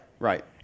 Right